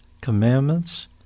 commandments